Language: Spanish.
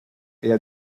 ella